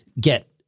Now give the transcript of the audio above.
get